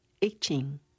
itching